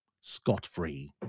scot-free